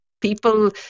people